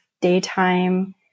daytime